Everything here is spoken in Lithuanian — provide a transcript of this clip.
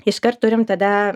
iškart turim tada